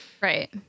Right